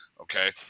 okay